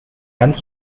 ganz